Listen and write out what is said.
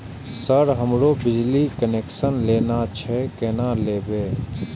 Sir हमरो बिजली connection लेना छे केना लेबे?